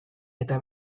eta